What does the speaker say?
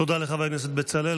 תודה לחבר הכנסת בצלאל.